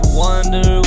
wonder